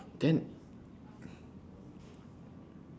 then